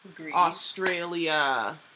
australia